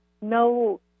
no